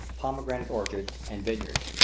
pomegranate orchards, and vineyards.